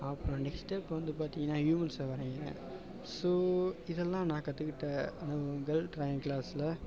அப்புறம் next step வந்து பார்த்தீங்கன்னா ஹுயூமென்ஸ வரையுங்க ஸோ இதெல்லாம் நான் கற்றுக்கிட்ட மு முதல் ட்ராயிங் க்ளாஸில்